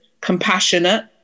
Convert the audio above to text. compassionate